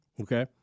Okay